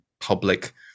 public